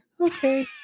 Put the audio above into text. Okay